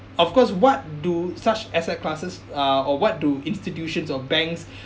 of course what do such asset classes uh or what do institutions or banks